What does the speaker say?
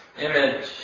image